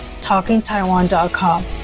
TalkingTaiwan.com